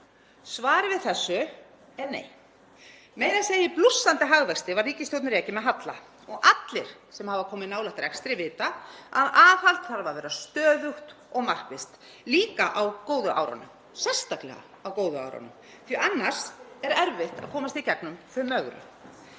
við þessu er nei. Meira að segja í blússandi hagvexti var ríkissjóður rekinn með halla og allir sem hafa komið nálægt rekstri vita að aðhald þarf að vera stöðugt og markvisst, líka á góðu árunum, sérstaklega á góðu árunum, því annars er erfitt að komast í gegnum þau mögru.